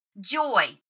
joy